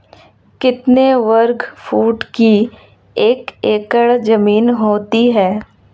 कितने वर्ग फुट की एक एकड़ ज़मीन होती है?